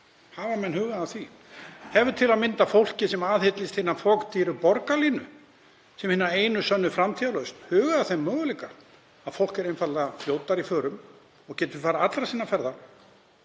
Hafa menn hugað að því? Hefur til að mynda fólk sem aðhyllist hina fokdýru borgarlínu sem hina einu sönnu framtíðarlausn hugað að þeim möguleika að fólk er einfaldlega fljótara í förum og getur farið allra sinna ferða